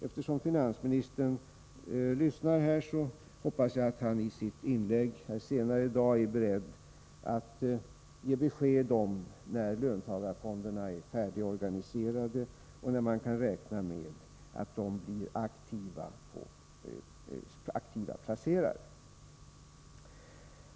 Eftersom finansministern lyssnar här i kammaren, hoppas jag att han i ett senare inlägg i dag kommer att ge besked om huruvida löntagarfonderna är färdigorganiserade och när man kan räkna med att de blir aktiva placerare.